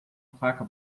faca